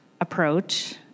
approach